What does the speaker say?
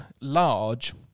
large